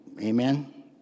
Amen